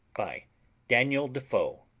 by daniel defoe